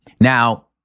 Now